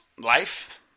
life